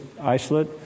isolate